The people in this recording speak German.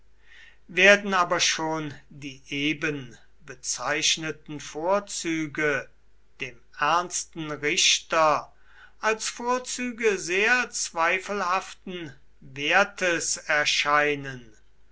werden aber schon die eben bezeichneten vorzüge dem ernsten richter als vorzüge sehr zweifelhaften wertes erscheinen